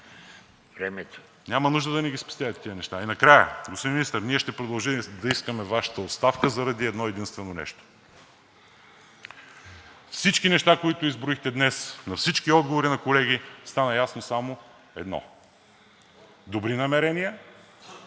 Няма нужда да ни ги спестявате тези неща. Накрая, господин Министър, ние ще продължим да искаме Вашата оставка заради едно-единствено нещо. От всички неща, които изброихте днес на всички отговори на колеги, стана ясно само едно: добри намерения,